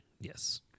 Yes